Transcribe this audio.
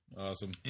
awesome